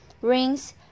rings